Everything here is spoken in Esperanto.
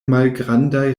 malgrandaj